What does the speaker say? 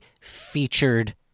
featured